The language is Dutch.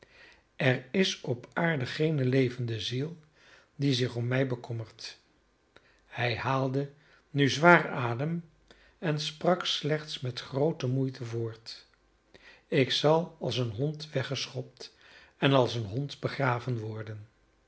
er is op aarde geene levende ziel die zich om mij bekommert hij haalde nu zwaar adem en sprak slechts met groote moeite voort ik zal als een hond weggeschopt en als een hond begraven worden